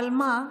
אבל מה?